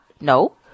No